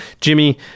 Jimmy